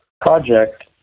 project